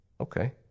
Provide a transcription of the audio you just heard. Okay